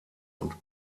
und